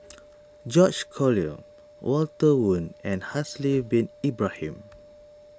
George Collyer Walter Woon and Haslir Bin Ibrahim